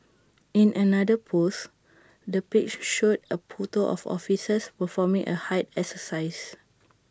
in another post the page showed A photo of officers performing A height exercise